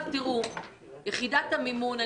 יחידת המימון,